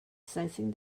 sensing